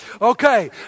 Okay